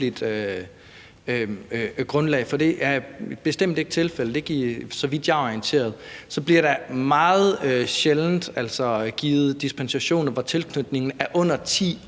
grundlag, for det er bestemt ikke tilfældet. Så vidt jeg er orienteret, bliver der meget sjældent givet dispensationer, hvor tilknytningen er under 10